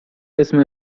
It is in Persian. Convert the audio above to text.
اسم